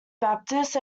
baptist